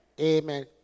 Amen